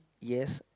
yes